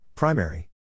primary